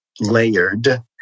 layered